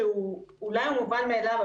שאולי הוא מובן מאליו,